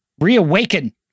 reawaken